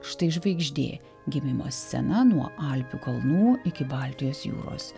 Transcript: štai žvaigždė gimimo scena nuo alpių kalnų iki baltijos jūros